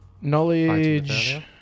Knowledge